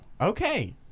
Okay